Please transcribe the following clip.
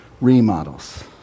remodels